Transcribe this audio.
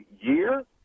year